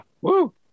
woo